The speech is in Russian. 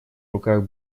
руках